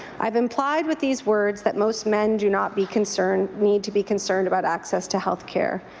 i've implied with these words that most men do not be concerned need to be concerned about access to health care.